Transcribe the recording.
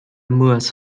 moores